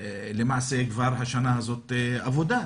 שלמעשה כבר השנה הזאת אבודה,